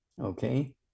okay